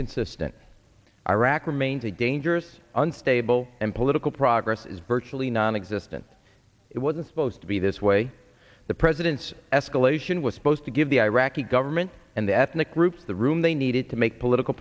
consistent iraq remains a dangerous unstable and political progress is virtually nonexistent it wasn't supposed to be this way the president's escalation was supposed to give the iraqi government and the ethnic groups the room they needed to make political